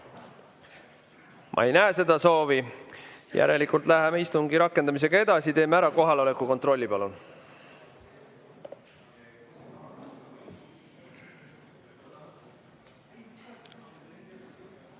Ma ei näe seda soovi, järelikult läheme istungi rakendamisega edasi. Teeme ära kohaloleku kontrolli. Palun!